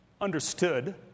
understood